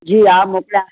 जी हा मोकिलिया